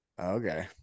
Okay